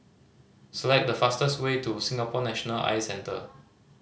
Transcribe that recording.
select the fastest way to Singapore National Eye Center